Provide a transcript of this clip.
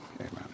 amen